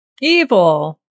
Evil